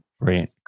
great